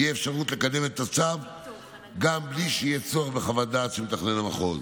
תהיה אפשרות לקדם את הצו גם בלי שיהיה צורך בחוות דעת של מתכנן המחוז.